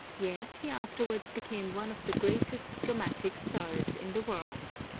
yet he afterwards became one of the greatest dramatic stars in the world.